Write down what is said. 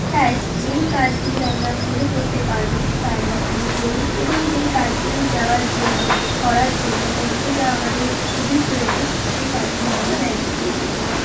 তাই যেই কাজগুলি আমরা ফোনে করতে পারবো তা আমরা ফোনে করি এবং যেই কাজগুলি যাওয়ার জন্য করার জন্য ব্যাংকে যাওয়া আমাদের খুবই প্রয়োজন সেই কাজগুলি আমরা ব্যাংকে গিয়ে করতে পারি